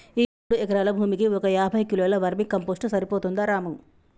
ఈ మూడు ఎకరాల భూమికి ఒక యాభై కిలోల వర్మీ కంపోస్ట్ సరిపోతుందా రాము